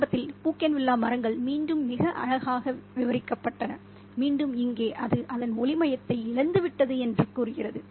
ஆரம்பத்தில் பூகேன்வில்லா மரங்கள் மீண்டும் மிக அழகாக விவரிக்கப்பட்டன மீண்டும் இங்கே அது அதன் ஒளிமயத்தை இழந்துவிட்டது என்று கூறுகிறது